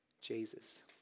Jesus